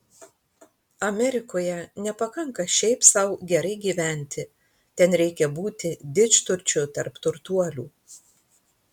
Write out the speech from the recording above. amerikoje nepakanka šiaip sau gerai gyventi ten reikia būti didžturčiu tarp turtuolių